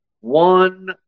One